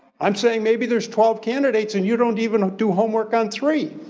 i'm saying maybe there's twelve candidates and you don't even do homework on three.